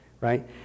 right